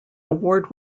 award